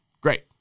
Great